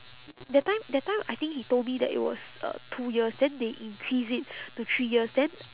that time that time I think he told me that it was uh two years then they increase it to three years then